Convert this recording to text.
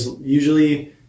Usually